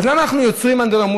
אז למה אנחנו יוצרים אנדרלמוסיה?